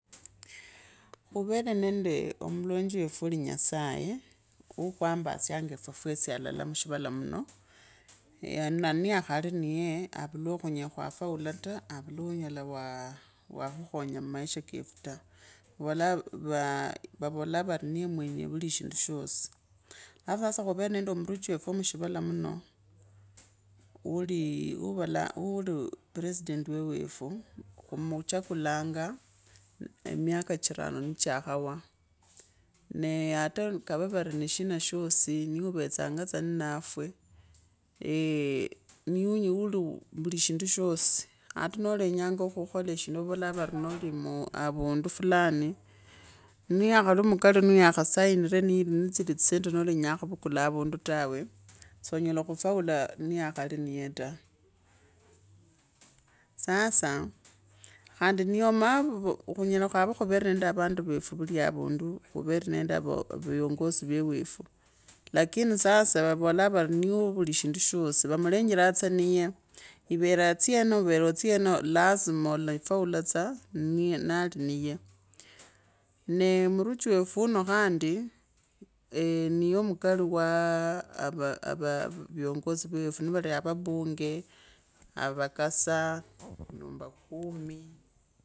Khavenende omulanji wafu we nyasaye, ukhasambasyanga efwefwesi alala mushivala mina. Nee niyakhali niyee avalakho unyela wa fawata avulakho unyelaa wa khukhonya mmaisha kefu ta vavola vari niyemwene vulishindu shosi, halafu sasa khuvere nende omundu wefu wa mashinda muno, ulili avalanguli president wewefu, khumuchakulanga emiaka chirano nichakhawa nee ta kave vari nishina shosii niye vutsangatse nnafwo niye adwali vuli shindu shosi ata nolangaa khukhola shino vavolaa varinoli aundu fulani niyakhali mukali niyakhasainire niri nitsira tsisendi nolenyaa khuvukala havundu tawevsoo nyela khufraula nii khali niyeeta, sasa khandi niyo maana khunyela khwava nende avandu vefu vuli avundu khuvere nende viogozi vewefu lakini vavolaanga vari niye wavulishindu shosi vamulengeraa tsa niyee ivere atena overe otsyene lazima alafawa tsa naliniye nee muruchi wefu wuuno khandi eeniye mukali waa avaa viongosi vewefu nivali na wabunge, avakosa nyumba kumi.